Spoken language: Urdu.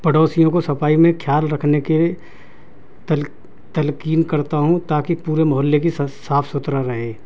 پڑوسیوں کو صفائی میں خیال رکھنے کے تل تلقین کرتا ہوں تاکہ پورے محلے کی صاف ستھرائی رہے